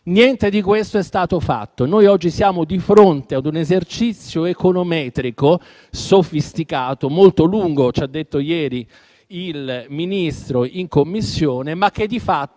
Niente di questo è stato fatto. Noi oggi siamo di fronte ad un esercizio econometrico sofisticato, molto lungo, come ieri in Commissione ci ha detto